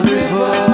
River